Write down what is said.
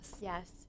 Yes